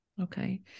okay